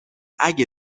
اگه